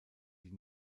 die